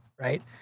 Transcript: right